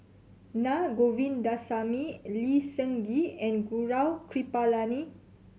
Na Govindasamy Lee Seng Gee and Gaurav Kripalani